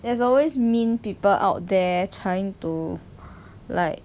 there's always mean people out there trying to like